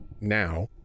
now